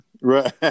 Right